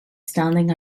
standing